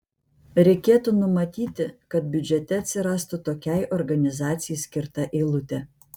reikėtų numatyti kad biudžete atsirastų tokiai organizacijai skirta eilutė